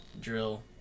Drill